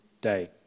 day